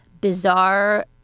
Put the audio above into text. bizarre